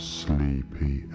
sleepy